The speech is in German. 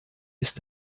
ist